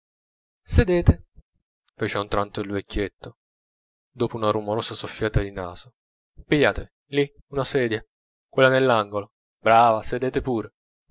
il vecchietto dopo una rumorosa soffiata di naso pigliatevi lì una sedia quella nell'angolo brava sedete pure